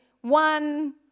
one